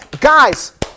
Guys